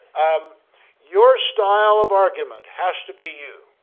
um your style of argument has to be you.